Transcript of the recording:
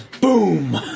Boom